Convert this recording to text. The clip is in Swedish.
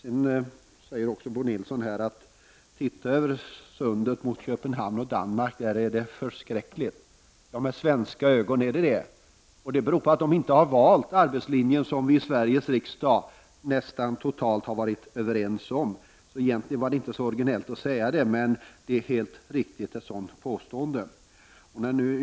Bo Nilsson säger också att man skall titta över sundet mot Köpenhamn och Danmark där det är förskräckligt. Med svenska ögon är det förskräckligt. Men detta beror på att man i Danmark inte har valt arbetslinjen, som vi i Sveriges riksdag har varit nästan helt överens om. Egentligen var det inte så originellt att säga det. Men ett sådant påstående är helt riktigt.